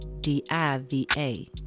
D-I-V-A